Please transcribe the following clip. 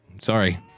Sorry